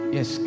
Yes